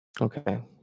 Okay